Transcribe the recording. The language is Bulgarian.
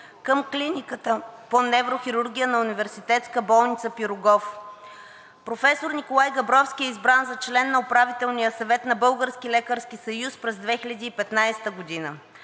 към Клиниката по неврохирургия на Университетска болница „Пирогов“. Професор Николай Габровски е избран за член на Управителния съвет на Българския лекарски съюз през 2015 г., а